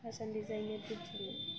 fashion design নাও দিনছলে